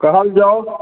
कहल जाउ